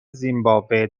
زیمباوه